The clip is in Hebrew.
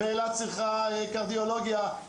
ואילת צריכה קרדיולוגיה,